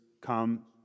come